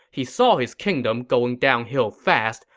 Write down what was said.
he saw his kingdom going downhill fast,